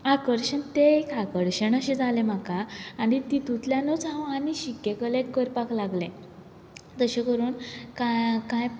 आकर्शीत तें एक आकर्शण अशें जालें म्हाका आनी ती तितूंतल्यानूच हांव आनी शिक्के कलेक्ट करपाक लागलें तशें करून कांय